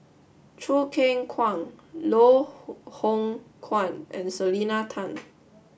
Choo Keng Kwang Loh Hoong Kwan and Selena Tan